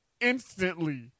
Instantly